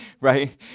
right